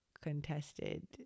contested